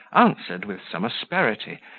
answered, with some asperity,